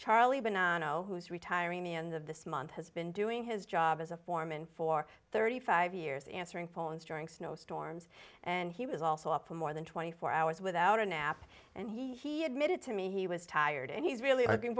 oh who's retiring the end of this month has been doing his job as a foreman for thirty five years answering phones during snowstorms and he was also up for more than twenty four hours without a nap and he admitted to me he was tired and he's really looking